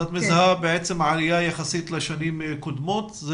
אז את מזהה בעצם עלייה יחסית לשנים קודמות?